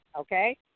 okay